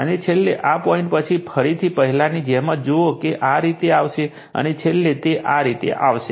અને છેલ્લે આ પોઇન્ટ પછી ફરીથી પહેલાની જેમ જ જુઓ કે તે આ રીતે આવશે અને છેલ્લે તે આ રીતે આવશે